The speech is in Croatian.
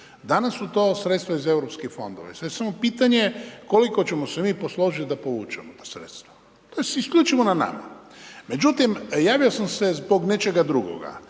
Danas su to sredstva iz EU fondova i sad je samo pitanje koliko ćemo se mi posložit da povučemo ta sredstva, to je isključivo na nama. Međutim javio sam se zbog nečega drugoga